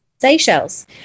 Seychelles